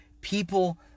People